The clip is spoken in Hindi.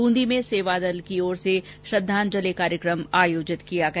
बूंदी में सेवादल की ओर से श्रद्वांजलि कार्यक्रम आयोजित किया गया